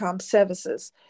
Services